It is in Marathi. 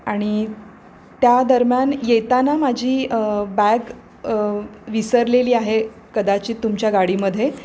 आणि त्या दरम्यान येताना माझी बॅग विसरलेली आहे कदाचित तुमच्या गाडीमध्ये